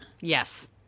Yes